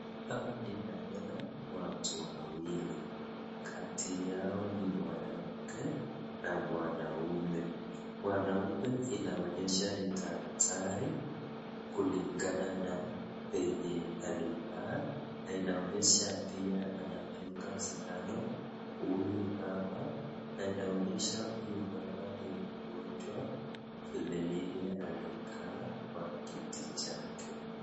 Hapa ninaona watu wawili. Kati yao ni mwanamke na mwanaume. Mwanaume inaonyesha ni daktari kulingana na venye alivaa na inaonyesha pia anadunga sindano. Huyu mama na inaonyesha huyu mama ni mgonjwa vile yeye alikaa kwa kiti chake.